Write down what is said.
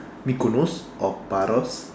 mikonos or paros